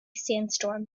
sandstorm